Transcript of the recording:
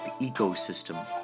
ecosystem